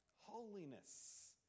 Holiness